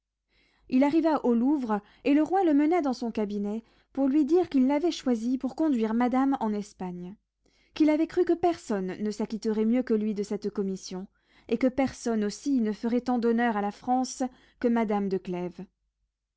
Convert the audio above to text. il arriva au louvre et le roi le mena dans son cabinet pour lui dire qu'il l'avait choisi pour conduire madame en espagne qu'il avait cru que personne ne s'acquitterait mieux que lui de cette commission et que personne aussi ne ferait tant d'honneur à la france que madame